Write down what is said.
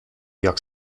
jak